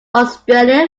australia